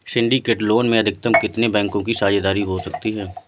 Syndicate loan में अधिकतम कितने बैंकों की साझेदारी हो सकती है?